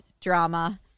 drama